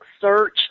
search